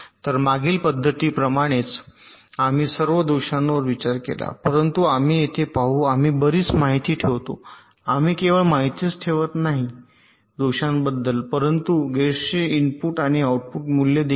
तर मागील पद्धतीप्रमाणेच आम्ही सर्व दोषांवर विचार केला परंतु आम्ही येथे पाहू आम्ही बरीच माहिती ठेवतो आम्ही केवळ माहितीच ठेवत नाही दोषांबद्दल परंतु गेट्सचे इनपुट आणि आउटपुट मूल्ये देखील